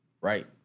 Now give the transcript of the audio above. right